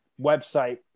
website